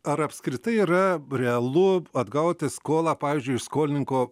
ar apskritai yra realu atgauti skolą pavyzdžiui iš skolininko